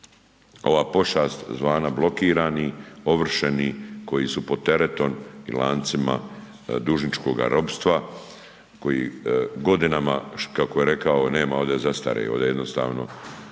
ova pošast zvana blokirani, ovršeni, koji su pod teretom i lancima dužničkoga ropstva koji godinama, kako je rekao nema ovdje zastare, ovdje jednostavno